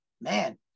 man